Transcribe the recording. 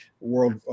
World